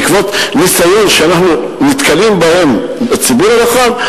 בעקבות ניסיון שאנחנו נתקלים בו בציבור הרחב,